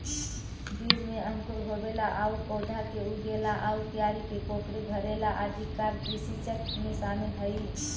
बीज में अंकुर होवेला आउ पौधा के उगेला आउ क्यारी के कोड़के भरेला आदि कार्य कृषिचक्र में शामिल हइ